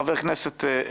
חבר הכנסת לוי,